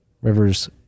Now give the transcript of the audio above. River's